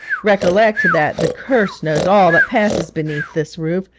recollect that the curse knows all that passes beneath this roof.